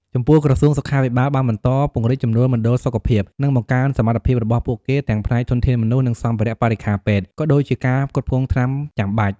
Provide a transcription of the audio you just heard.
ចំពោះក្រសួងសុខាភិបាលបានបន្តពង្រីកចំនួនមណ្ឌលសុខភាព និងបង្កើនសមត្ថភាពរបស់ពួកគេ ទាំងផ្នែកធនធានមនុស្សនិងសម្ភារបរិក្ខារពេទ្យ ក៏ដូចជាការផ្គត់ផ្គង់ថ្នាំចាំបាច់។